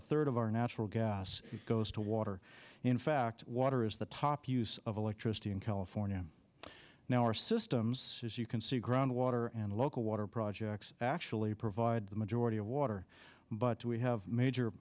a third of our natural gas goes to water in fact water is the top use of electricity in california now our systems as you can see groundwater and local water projects actually provide the majority of water but we have